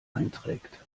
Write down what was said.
einträgt